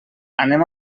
anem